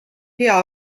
hea